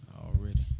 Already